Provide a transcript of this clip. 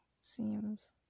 seems